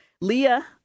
Leah